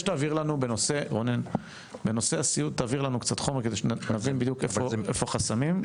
שתעביר לנו בנושא הסיעוד חומר שנבין בדיוק איפה חסמים.